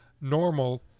normal